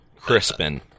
Crispin